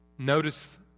Notice